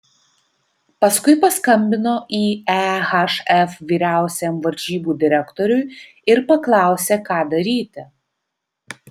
paskui paskambino į ehf vyriausiajam varžybų direktoriui ir paklausė ką daryti